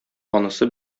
анысы